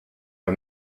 her